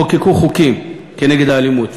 חוקקו חוקים נגד אלימות,